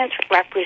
represent